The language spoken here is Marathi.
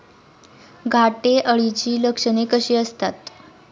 घाटे अळीची लक्षणे कशी असतात?